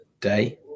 day